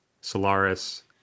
Solaris